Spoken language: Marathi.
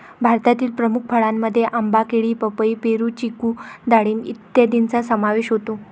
भारतातील प्रमुख फळांमध्ये आंबा, केळी, पपई, पेरू, चिकू डाळिंब इत्यादींचा समावेश होतो